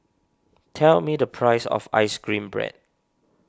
tell me the price of Ice Cream Bread